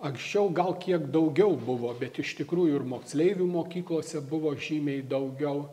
anksčiau gal kiek daugiau buvo bet iš tikrųjų ir moksleivių mokyklose buvo žymiai daugiau